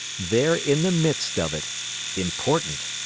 there in the midst of it important,